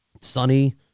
Sunny